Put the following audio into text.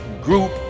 group